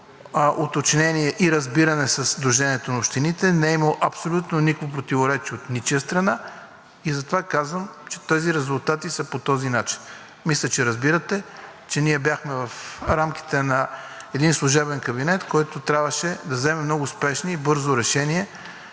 уточнение и разбиране със Сдружението на общините, не е имало абсолютно никакво противоречие от ничия страна и затова казвам, че тези резултати са по този начин. Мисля, че разбирате, че ние бяхме в рамките на един служебен кабинет, който трябваше да вземе много спешни и бързи решения,